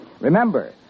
Remember